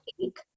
take